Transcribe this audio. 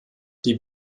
die